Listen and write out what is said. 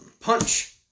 Punch